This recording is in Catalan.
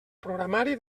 programari